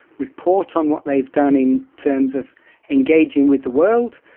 report on what they've done in terms of engaging with the world.